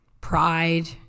pride